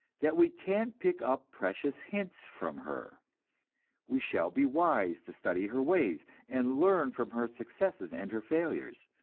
that we can pick up precious hints from her we shall be wise to study her ways, and learn from her successes and her failures.